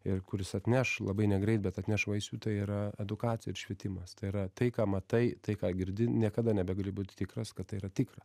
ir kuris atneš labai negreit bet atneš vaisių tai yra edukacija ir švietimas tai yra tai ką matai tai ką girdi niekada nebegali būti tikras kad tai yra tikra